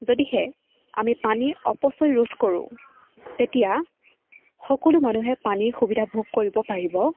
যদিহে আমি পানীৰ অপচয় ৰোধ কৰোঁ তেতিয়া সকলো মানুহে পানীৰ সুবিধা ভোগ কৰিব পাৰিব